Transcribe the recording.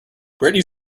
britney